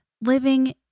living